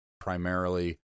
primarily